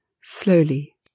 slowly